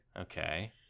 Okay